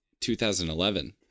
2011